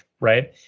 right